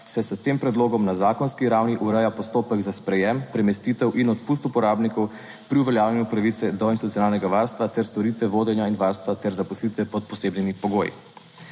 se s tem predlogom na zakonski ravni ureja postopek za sprejem, premestitev in odpust uporabnikov pri uveljavljanju pravice do institucionalnega varstva ter storitve vodenja in varstva ter zaposlitve pod posebnimi pogoji.